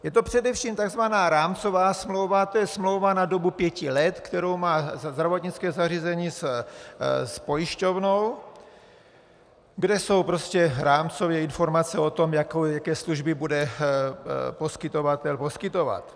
Je to především takzvaná rámcová smlouva, to je smlouva na dobu pěti let, kterou má zdravotnické zařízení s pojišťovnou, kde jsou prostě rámcové informace o tom, jaké služby bude poskytovatel poskytovat.